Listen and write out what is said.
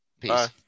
peace